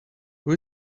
who